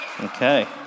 Okay